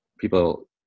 People